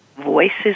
voices